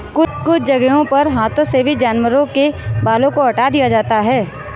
कुछ जगहों पर हाथों से भी जानवरों के बालों को हटा दिया जाता है